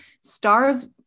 stars